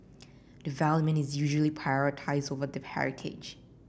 development is usually prioritised over the heritage